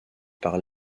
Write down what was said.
par